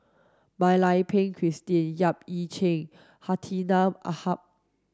Mak Lai Peng Christine Yap Ee Chian Hartinah Ahmad